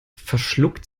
verschluckt